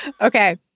Okay